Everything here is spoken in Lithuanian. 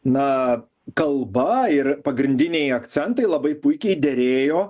na kalba ir pagrindiniai akcentai labai puikiai derėjo